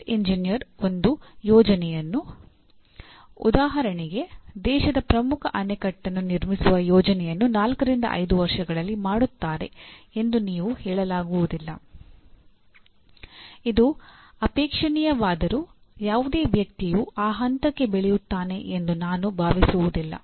civil engineer ಒಂದು ಯೋಜನೆಯನ್ನು ಉದಾಹರಣೆಗೆ ದೇಶದ ಪ್ರಮುಖ ಅಣೆಕಟ್ಟನ್ನು ನಿರ್ಮಿಸುವ ಯೋಜನೆಯನ್ನು ನಾಲ್ಕರಿಂದ ಐದು ವರ್ಷಗಳಲ್ಲಿ ಮಾಡುತ್ತಾರೆ ಎಂದು ನೀವು ಹೇಳಲಾಗುವುದಿಲ್ಲ ಇದು ಅಪೇಕ್ಷಣೀಯವಾದರೂ ಯಾವುದೇ ವ್ಯಕ್ತಿಯು ಆ ಹಂತಕ್ಕೆ ಬೆಳೆಯುತ್ತಾನೆ ಎಂದು ನಾನು ಭಾವಿಸುವುದಿಲ್ಲ